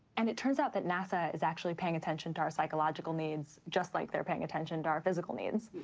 and it turns out that nasa is actually paying attention to our psychological needs just like they're paying attention to our physical needs,